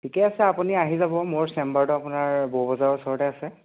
ঠিকে আছে আপুনি আহি যাব মোৰ চেম্বাৰটো আপোনাৰ বৌ বজাৰৰ ওচৰতে আছে